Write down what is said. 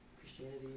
Christianity